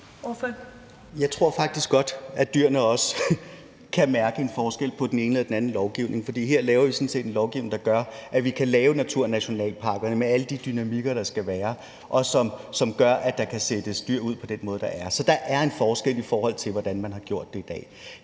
Jeg tror faktisk godt, at dyrene også kan mærke en forskel på den ene eller den anden lovgivning. For her laver vi sådan set en lovgivning, der gør, at vi kan lave naturnationalparker med alle de dynamikker, der skal være, og som gør, at der kan sættes dyr ud på den måde. Så der er en forskel, i forhold til hvordan man har gjort det i dag.